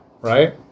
right